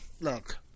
look